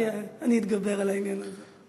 נראה לי שאני אתגבר על העניין הזה.